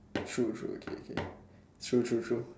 true true okay okay true true true